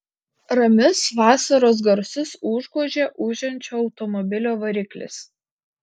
ramius vasaros garsus užgožė ūžiančio automobilio variklis